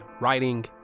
Writing